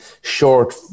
short